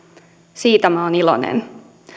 siitä minä olen iloinen